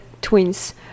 twins